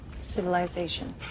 civilization